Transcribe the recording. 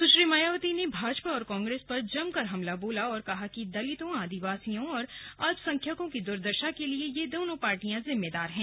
सुश्री मायावती ने भाजपा और कांग्रेस पर जमकर हमला बोला और कहा कि दलितों आदिवासियों और अल्पसंख्यकों की दुर्दशा के लिए यह दोनों पार्टियां जिम्मेदार हैं